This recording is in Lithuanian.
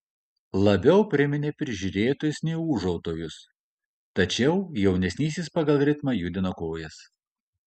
labiau priminė prižiūrėtojus nei ūžautojus tačiau jaunesnysis pagal ritmą judino kojas